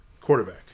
quarterback